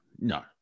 no